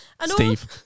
Steve